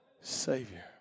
Savior